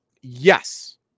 Yes